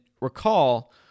recall